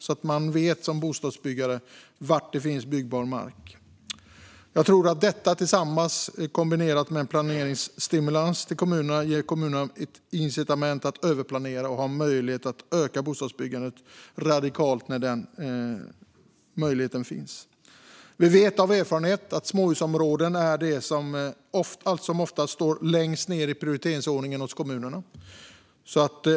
Då vet man som bostadsbyggare var det finns byggbar mark. Jag tror att detta kombinerat med en planeringsstimulans till kommunerna ger kommunerna ett incitament att överplanera, och möjligheten att öka bostadsbyggandet ökar då radikalt. Vi vet av erfarenhet att småhusområden allt som oftast står längst ned i prioriteringsordningen hos kommunerna.